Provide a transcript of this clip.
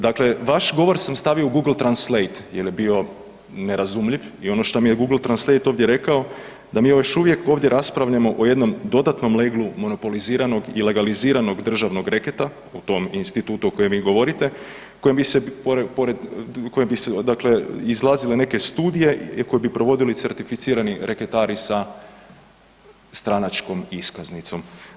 Dakle, vaš govor sam stavio u Google translate jel je bio nerazumljiv i ono što mi je Google translate ovdje rekao da mi još uvijek ovdje raspravljamo o jednom dodatnom leglu monopoliziranog i legaliziranog državnog reketa o tom institutu o kojem vi govorite, dakle izlazile neke studije koje bi provodili certificirani reketari sa stranačkom iskaznicom.